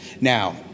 Now